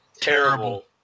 Terrible